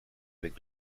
avec